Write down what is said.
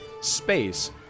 space